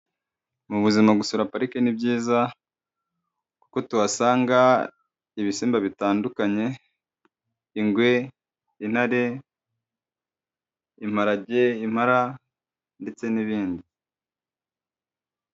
Mu buzima gusura parike ni byiza kuko tuhasanga ibisimba bitandukanye ingwe, intare, impage, impara ndetse n'ibindi.